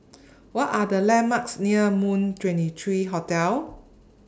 What Are The landmarks near Moon twenty three Hotel